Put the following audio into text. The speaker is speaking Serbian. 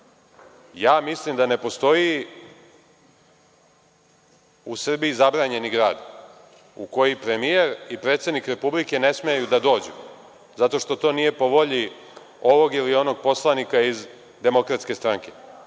mislim da ne postoji u Srbiji zabranjeni grad u koji premijer i predsednik Republike ne smeju da dođu zato što to nije po volji ovog ili onog poslanika iz DS. Svaka